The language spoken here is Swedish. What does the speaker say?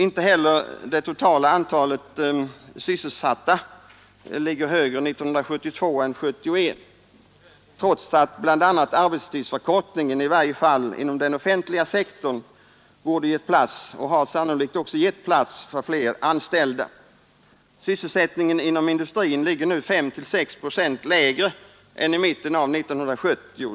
Inte heller det totala antalet sysselsatta ligger högre 1972 än 1971, trots att bl.a. arbetstidsförkortningen — i varje fall inom den offentliga sektorn — borde givit plats, och sannolikt också har gjort det, för fler anställda. Sysselsättningen inom industrin ligger nu 5—6 procent lägre än i mitten av 1970.